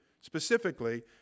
Specifically